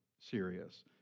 serious